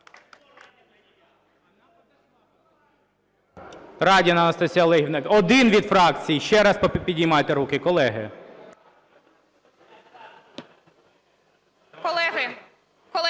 Радіна Анастасія Олегівна. Один від фракції. Ще раз попіднімайте руки, колеги.